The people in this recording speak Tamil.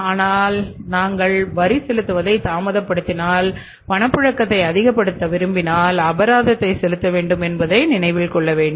ஆனால் நீங்கள் வரி செலுத்துவதை தாமதப்படுத்தினால் பணப்புழக்கத்தை அதிகப்படுத்த விரும்பினால் அபராதத்தை செலுத்த வேண்டும் என்பதை நினைவில் வைத்துக்கொள்ளுங்கள்